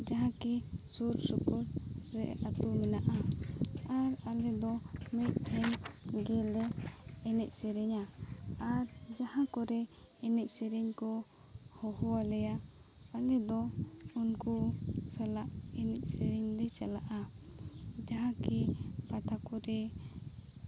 ᱡᱟᱦᱟᱸ ᱠᱤ ᱥᱩᱨᱼᱥᱩᱯᱩᱨ ᱨᱮ ᱟᱛᱳ ᱢᱮᱱᱟᱜᱼᱟ ᱟᱨ ᱟᱞᱮ ᱫᱚ ᱢᱤᱫ ᱨᱮᱜᱮᱞᱮ ᱮᱱᱮᱡ ᱥᱮᱨᱮᱧᱟ ᱟᱨ ᱡᱟᱦᱟᱸ ᱠᱚᱨᱮ ᱮᱱᱮᱡ ᱥᱮᱨᱮᱧ ᱠᱚ ᱦᱚᱦᱚ ᱟᱞᱮᱭᱟ ᱟᱞᱮ ᱫᱚ ᱩᱱᱠᱩ ᱥᱟᱞᱟᱜ ᱮᱱᱮᱡ ᱥᱮᱨᱮᱧ ᱞᱮ ᱪᱟᱞᱟᱜᱼᱟ ᱡᱟᱦᱟᱸ ᱠᱤ ᱯᱟᱛᱟ ᱠᱚᱨᱮ